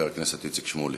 חבר הכנסת איציק שמולי.